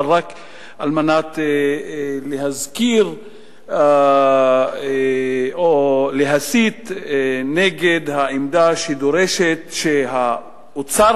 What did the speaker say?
אבל רק על מנת להזכיר או להסית נגד העמדה שדורשת שאוצר